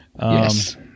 Yes